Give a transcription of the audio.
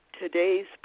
today's